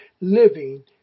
Living